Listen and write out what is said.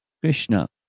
Krishna